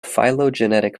phylogenetic